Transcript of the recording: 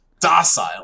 Docile